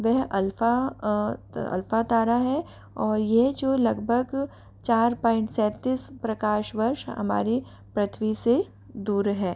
वह alpha alpha तारा है और यह जो लगभग चार पॉइंट सैंतीस प्रकाश वर्ष हमारे पृथ्वी से दूर है